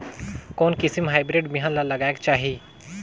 कोन किसम हाईब्रिड बिहान ला लगायेक चाही?